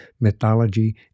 mythology